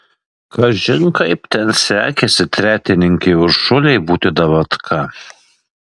kažin kaip ten sekėsi tretininkei uršulei būti davatka